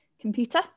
computer